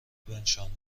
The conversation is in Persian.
بنشانیم